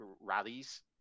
rallies